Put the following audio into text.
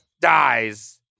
dies